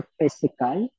physical